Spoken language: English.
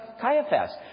Caiaphas